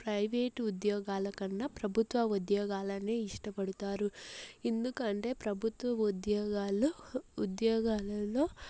private ఉద్యోగాల కన్నా ప్రభుత్వ ఉద్యోగాలనే ఇష్టపడుతారు ఎందుకంటే ప్రభుత్వ ఉద్యోగాల్లో ఉద్యోగాలలో